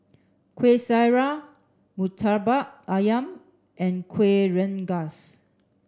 Kueh Syara Murtabak Ayam and Kueh Rengas